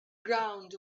ground